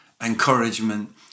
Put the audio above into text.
encouragement